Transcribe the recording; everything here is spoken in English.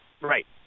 Right